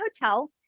hotel